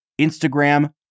Instagram